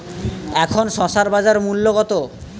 এখন শসার বাজার মূল্য কত?